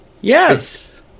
yes